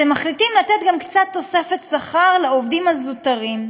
אתם מחליטים לתת גם קצת תוספת שכר לעובדים הזוטרים.